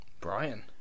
Brian